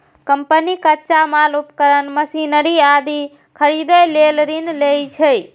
company कच्चा माल, उपकरण, मशीनरी आदि खरीदै लेल ऋण लै छै